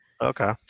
Okay